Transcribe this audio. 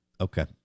Okay